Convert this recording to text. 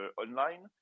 online